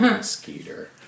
Skeeter